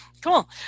Cool